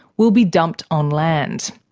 will be dumped on land.